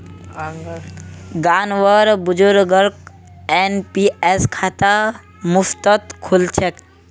गांउर बुजुर्गक एन.पी.एस खाता मुफ्तत खुल छेक